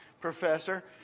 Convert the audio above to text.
professor